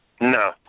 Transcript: No